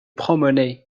promener